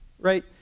right